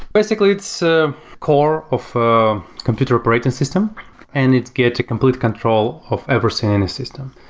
basically, it's a core of a computer operating system and it gets a complete control of everything in a system.